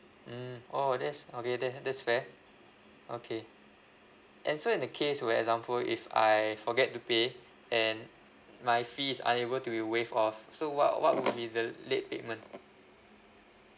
mm oh that's okay that that's fair okay and so in the case where example if I forget to pay then my fees unable to be waived off so what what would be the late payment